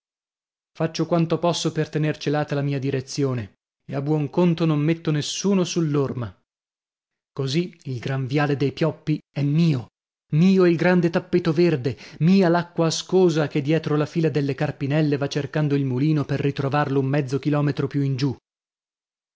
faccio quanto posso per tener celata la mia direzione e a buon conto non metto nessun sull'orma così il gran viale dei pioppi è mio mio il grande tappeto verde mia l'acqua ascosa che dietro la fila delle carpinelle va cercando il mulino per ritrovarlo un mezzo chilometro più in giù